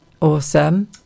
awesome